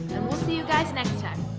and we'll see you guys next time.